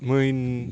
main